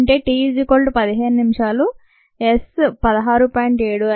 అంటే t 15 నిమిషాలు s 16